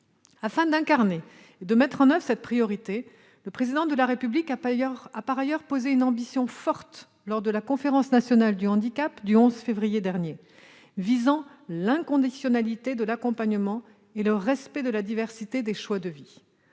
Afin d'incarner et de mettre en oeuvre la priorité que nous accordons à ce domaine, le Président de la République a par ailleurs exprimé une ambition forte lors de la Conférence nationale du handicap du 11 février dernier, visant l'inconditionnalité de l'accompagnement et le respect de la diversité des choix de vie.